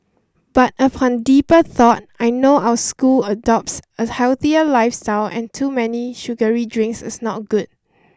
but upon deeper thought I know our school adopts a healthier lifestyle and too many sugary drinks is not good